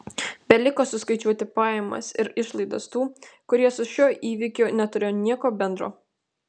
beliko suskaičiuoti pajamas ir išlaidas tų kurie su šiuo įvykiu neturėjo nieko bendro